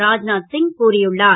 ராஜ்நாத் சிங் கூறியுள்ளார்